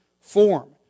form